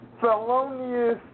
felonious